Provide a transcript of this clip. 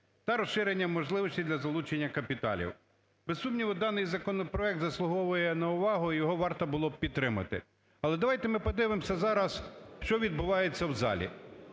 та розширення можливостей для залучення капіталів). Без сумніву, даний законопроект заслуговує на увагу і його варто було б підтримати. Але давайте ми подивимося зараз що відбувається в залі.